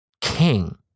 king